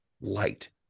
Light